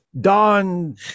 Don